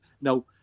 Now